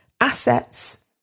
assets